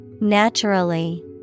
Naturally